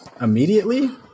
immediately